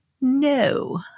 No